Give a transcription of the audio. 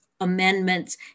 Amendments